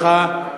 אני מודה לך.